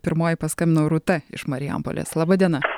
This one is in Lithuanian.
pirmoji paskambino rūta iš marijampolės laba diena